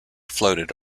floated